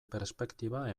perspektiba